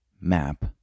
Map